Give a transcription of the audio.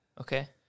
Okay